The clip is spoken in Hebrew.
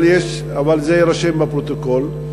אבל זה יירשם בפרוטוקול,